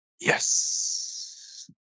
Yes